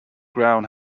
ground